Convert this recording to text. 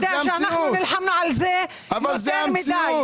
אתה יודע שאנחנו נלחמנו על זה יותר מדי.